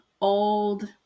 old